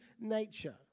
nature